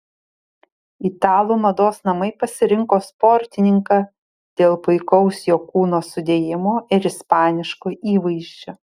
italų mados namai pasirinko sportininką dėl puikaus jo kūno sudėjimo ir ispaniško įvaizdžio